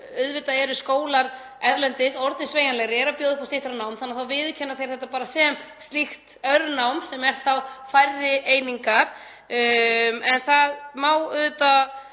auðvitað eru skólar erlendis orðnir sveigjanlegri, eru að bjóða upp á styttra nám þannig að þá viðurkenna þeir þetta bara sem slíkt örnám sem er færri einingar. En það má auðvitað